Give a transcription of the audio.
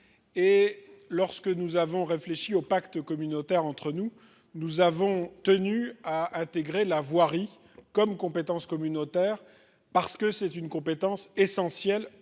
et lorsque nous avons réfléchi au pacte communautaire entre nous, nous avons tenu à intégrer la voirie comme compétence communautaire parce que c'est une compétence essentielle